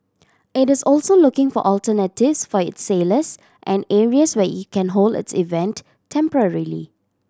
it is also looking for alternatives for its sailors and areas where it can hold its event temporarily